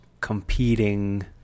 competing